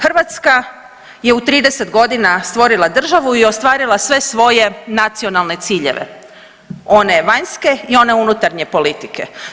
Hrvatska je u 30 godina stvorila državu i ostvarila sve svoje nacionalne ciljeve, one vanjske i one unutarnje politike.